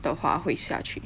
的话会下去